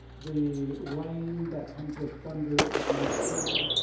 the rain that comes with thunder is masculine.